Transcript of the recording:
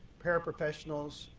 paraprofessionals,